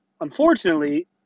Unfortunately